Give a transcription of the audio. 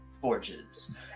forges